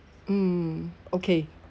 mm okay